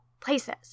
places